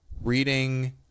reading